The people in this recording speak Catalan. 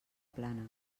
plana